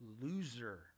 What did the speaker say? Loser